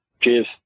Cheers